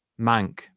Mank